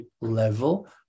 level